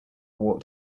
walked